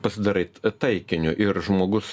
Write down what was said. pasidarai taikiniu ir žmogus